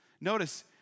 Notice